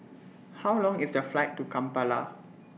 How Long IS The Flight to Kampala